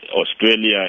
Australia